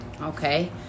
Okay